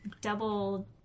double